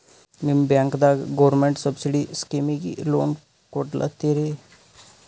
ನಿಮ ಬ್ಯಾಂಕದಾಗ government subsidy ಸ್ಕೀಮಿಗಿ ಲೊನ ಕೊಡ್ಲತ್ತೀರಿ?